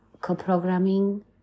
co-programming